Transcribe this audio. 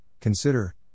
Consider